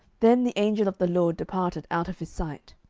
then the angel of the lord departed out of his sight.